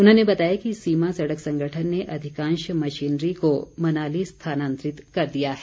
उन्होंने बताया कि सीमा सड़क संगठन ने अधिकांश मशीनरी को मनाली स्थानांतरित कर दिया है